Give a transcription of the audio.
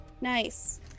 Nice